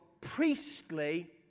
priestly